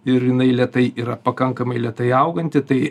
ir jinai lėtai yra pakankamai lėtai auganti tai